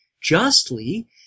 justly